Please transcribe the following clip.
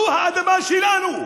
זו האדמה שלנו,